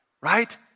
Right